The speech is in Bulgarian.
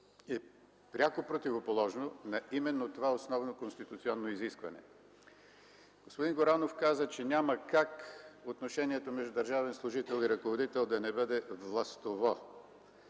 е пряко противоположна на това основно конституционно изискване. Господин Горанов каза, че няма как отношението между държавен служител и ръководител да не бъде властово.